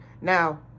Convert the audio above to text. Now